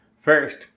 First